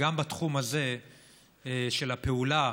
וגם תחום הזה של הפעולה